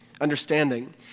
understanding